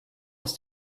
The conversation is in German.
aus